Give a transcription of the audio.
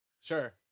Sure